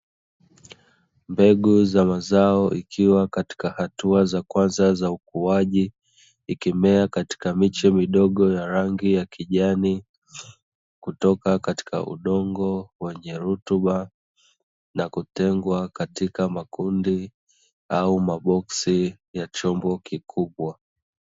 Mbegu za mazao, zikiwa katika hatua za kwanza za ukuaji, zikimea katika miche midogo ya rangi ya kijani, kutoka katika udongo wenye rutuba na kutengwa katika makundi au maboksi, ya chombo kikubwa.